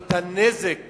את הנזק